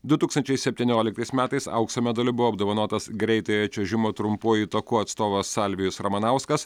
du tūkstančiai septynioliktais metais aukso medaliu buvo apdovanotas greitojo čiuožimo trumpuoju taku atstovas salvijus ramanauskas